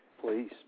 Please